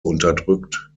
unterdrückt